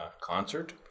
concert